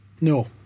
No